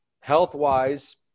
health-wise